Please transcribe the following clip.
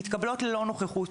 מתקבלות ללא נוכחות.